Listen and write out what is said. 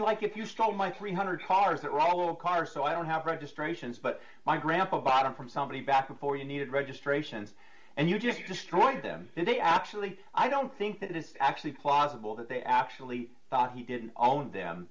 like if you stole my three hundred dollars or all car so i don't have registrations but my grandpa bought him from somebody back before you needed registrations and you just destroyed them did they actually i don't think that it's actually plausible that they actually thought he didn't own them